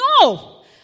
No